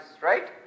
right